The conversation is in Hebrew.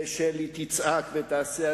ושלי תצעק ותעשה,